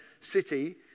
city